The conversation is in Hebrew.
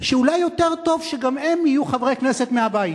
שאולי יותר טוב שגם הם יהיו חברי כנסת מהבית,